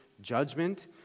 judgment